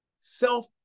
Self